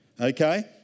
Okay